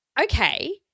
Okay